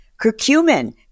Curcumin